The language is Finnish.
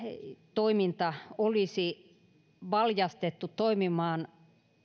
toiminta olisi valjastettu toimimaan